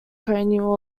cranial